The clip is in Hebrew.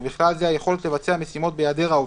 ובכלל זה היכולת לבצע משימות בהיעדר העובד,